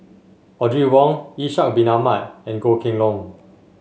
Audrey Wong Ishak Bin Ahmad and Goh Kheng Long